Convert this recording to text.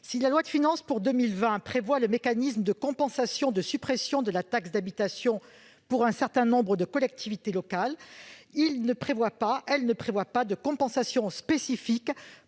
Si la loi de finances pour 2020 prévoit le mécanisme de compensation de suppression de la taxe d'habitation pour un certain nombre de collectivités locales, elle ne prévoit pas de compensation spécifique